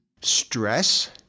stress